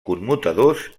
commutadors